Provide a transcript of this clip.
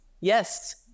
Yes